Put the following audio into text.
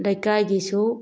ꯂꯩꯀꯥꯏꯒꯤꯁꯨ